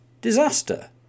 disaster